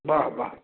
वाह वाह